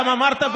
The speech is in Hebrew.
גם אמרת,